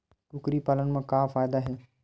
कुकरी पालन म का फ़ायदा हे?